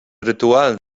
rytualne